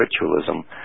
ritualism